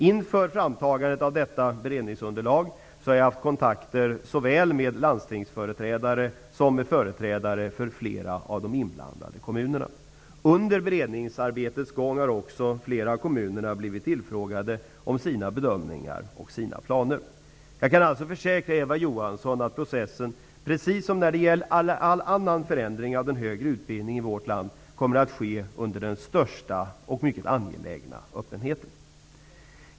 Inför framtagandet av detta beredningsunderlag har jag haft kontakter med såväl landstingsföreträdare som med företrädare från fler inblandade kommuner. Under beredningsarbetets gång har också flera kommuner blivit tillfrågade om sina bedömningar och planer. Jag kan försäkra Eva Johansson att processen, precis som i fråga om förändringar av all annan högre utbildning i vårt land, kommer att ske under den största, och mycket angelägna, öppenhet.